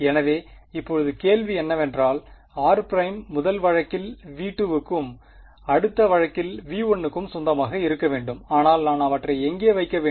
எனவே இப்போது கேள்வி என்னவென்றால் r பிரைம் முதல் வழக்கில் V2 க்கும் அடுத்த வழக்கில்V1 க்கும் சொந்தமாக இருக்க வேண்டும் ஆனால் நான் அவற்றை எங்கே வைக்க வேண்டும்